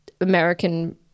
American